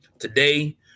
Today